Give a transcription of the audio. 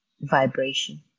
vibration